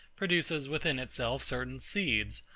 produces within itself certain seeds,